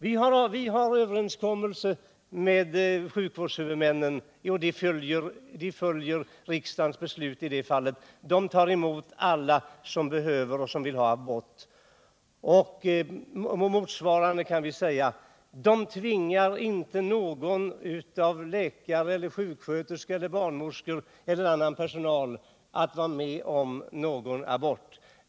Vi har överenskommelser med sjukvårdshuvudmännen, och de följer riksdagens beslut i det avseendet. De tar emot alla som behöver och vill ha abort. På motsvarande sätt kan vi säga att de inte tvingar någon läkare, sjuksköterska, barnmorska eller någon annan personal att vara med om någon abort.